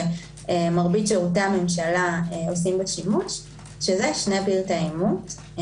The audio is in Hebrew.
ומרבית שירותי הממשלה עושים בה שימוש שזה שני פרטי האימות.